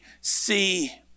see